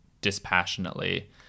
dispassionately